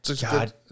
God